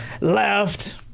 Left